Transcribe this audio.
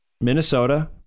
minnesota